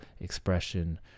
expression